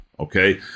Okay